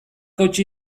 hautsi